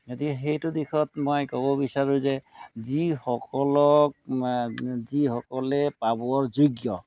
গতিকে সেইটো দিশত মই ক'ব বিচাৰোঁ যে যিসকলকক যিসকলে পাবৰ যোগ্য